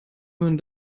man